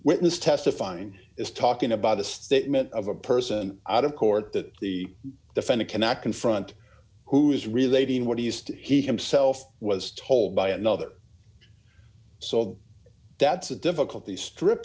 witness testifying is talking about a statement of a person out of court that the defendant cannot confront who is relating what he is to he himself was told by another so that's a difficult the strip